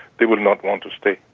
they will not want to stay.